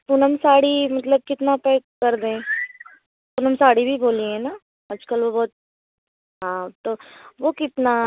पूनम साड़ी मतलब कितना पैक कर दें पूनम साड़ी भी बोली हैं ना आज कल वो बहुत हाँ तो वो कितना